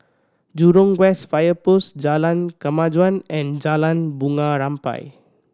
Jurong West Fire Post Jalan Kemajuan and Jalan Bunga Rampai